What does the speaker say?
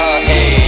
hey